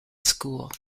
school